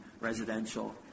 Residential